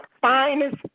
finest